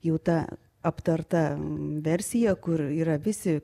jau ta aptarta versija kur yra visi